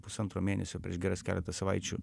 pusantro mėnesio prieš geras keletą savaičių